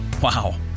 Wow